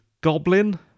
Goblin